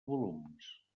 volums